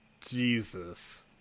Jesus